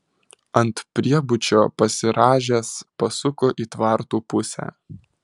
ant priebučio pasirąžęs pasuko į tvartų pusę